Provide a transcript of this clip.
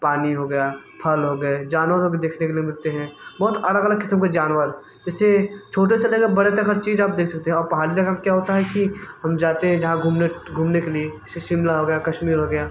पानी हो गया फल हो गए जानवरों को देखने के लिए मिलते हैं बहुत अलग अलग क़िस्म के जानवर जैसे छोटे से ले कर बड़े तक हर चीज़ आप देख सकते हैं और पहाड़ी जगह पर क्या होता है कि हम जाते हैं जहाँ घूमने घूमने के लिए शिमला हो गया कश्मीर हो गया